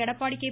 Edappadi K